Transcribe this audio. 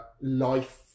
life